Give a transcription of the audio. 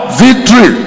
victory